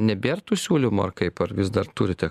nebėr tų siūlymų ar kaip ar vis dar turite